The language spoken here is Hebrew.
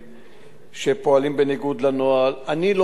שפועלים בניגוד לנוהל, אני לא מכיר תופעות כאלה.